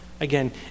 Again